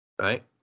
right